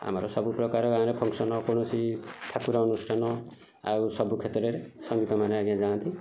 ଆମର ସବୁ ପ୍ରକାର ଗାଁରେ ଫକସନ କୌଣସି ଠାକୁର ଅନୁଷ୍ଠାନ ଆଉ ସବୁ କ୍ଷେତ୍ରରେ ସଙ୍ଗୀତମାନେ ଆଜ୍ଞା ଯାଆନ୍ତି